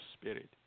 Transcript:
spirit